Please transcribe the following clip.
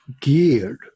geared